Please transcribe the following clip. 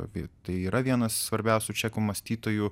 apie tai yra vienas svarbiausių čekų mąstytojų